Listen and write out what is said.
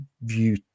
View